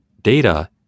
data